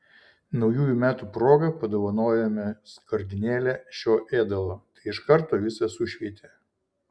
naujųjų metų proga padovanojome skardinėlę šio ėdalo tai iš karto visą sušveitė